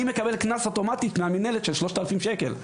אני מקבל קנס אוטומטית מהמינהלת של שלושת אלפים שקל.